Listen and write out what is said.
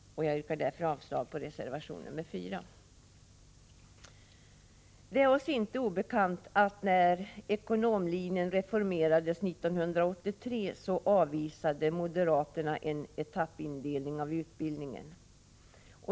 Jag yrkar därför avslag på reservation nr 4. Det är oss inte obekant att när ekonomlinjen reformerades 1983 avvisade moderaterna en etappindelning av utbildningen.